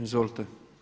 Izvolite.